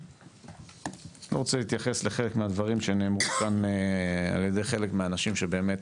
אני לא רוצה להתייחס לחלק מהדברים שנאמרו כאן ע"י חלק מהאנשים שבאמת